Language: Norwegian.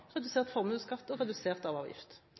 redusert formuesskatten og redusert